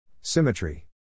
Symmetry